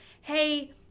hey